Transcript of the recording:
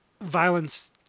violence